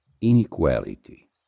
inequality